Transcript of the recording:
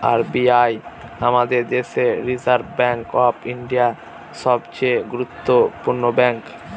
R B I আমাদের দেশের reserve bank of India, সবচে গুরুত্বপূর্ণ ব্যাঙ্ক